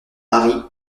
marie